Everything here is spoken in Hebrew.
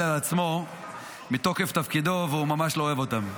על עצמו מתוקף תפקידו והוא ממש לא אוהב אותן,